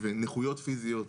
ונכויות פיזיות,